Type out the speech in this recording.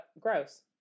gross